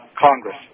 Congress